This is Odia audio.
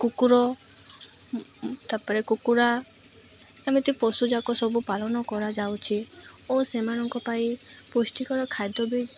କୁକୁର ତାପରେ କୁକୁଡ଼ା ଏମିତି ପଶୁଯାକ ସବୁ ପାଲନ କରାଯାଉଛି ଓ ସେମାନଙ୍କ ପାଇଁ ପୁଷ୍ଟିକର ଖାଦ୍ୟ ବି